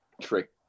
trick